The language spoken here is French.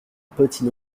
petit